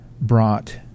brought